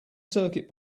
circuit